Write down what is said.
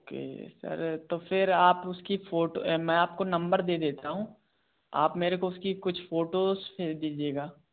तो फिर आप उसकी फ़ोटो मैं आपको नंबर दे देता हूँ आप मेरे को उसकी कुछ फ़ोटोज़ भेज दीजिएगा